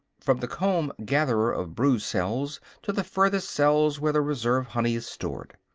from the comb gatherer of brood-cells to the furthest cells where the reserve honey is stored.